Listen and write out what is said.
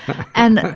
and,